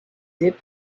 did